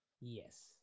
Yes